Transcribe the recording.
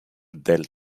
delta